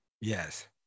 Yes